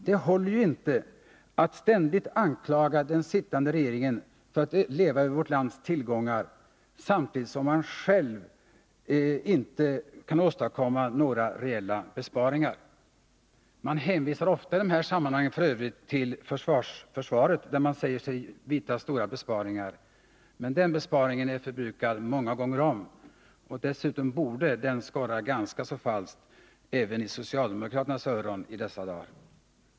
Det håller inte att ständigt anklaga den sittande regeringen för att leva över vårt lands tillgångar samtidigt som man själv inte kan åstadkomma några reella besparingar. Man hänvisar ofta i dessa sammanhang f. ö. till försvaret där man säger sig vilja vidta stora besparingar, men den besparingen är förbrukad många gånger om. Dessutom borde den skorra ganska så falskt även i socialdemokraternas öron i dessa dagar.